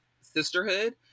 sisterhood